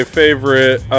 favorite